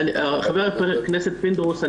ח"כ פינדרוס,